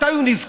מתי הוא נזכר?